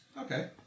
Okay